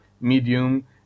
medium